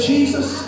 Jesus